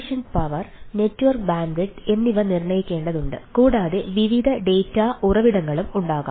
അവ എങ്ങനെ പ്രവർത്തിക്കുന്നു ഡാറ്റാ ഉറവിടങ്ങളും ഉണ്ടാകാം